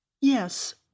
Yes